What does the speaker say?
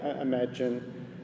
imagine